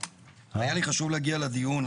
היה לי חשוב להגיע לדיון,